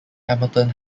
hamilton